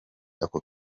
ako